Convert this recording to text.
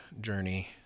journey